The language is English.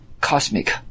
cosmic